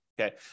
okay